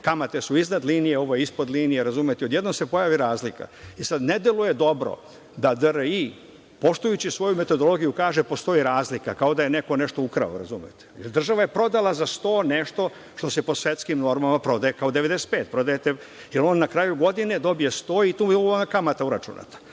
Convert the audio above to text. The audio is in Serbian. kamate iznad linije, a ovo je ispod linije. Razumete? I odjednom se pojavi razlika. Ne deluje dobro da DRI, poštujući svoju metodologiju, kaže da postoji razlika, kao da je neko nešto ukrao, jer država je prodala za sto nešto što se po svetskim normama prodaje kao 95, jer on na kraju godine dobije sto i tu je kamata uračunata.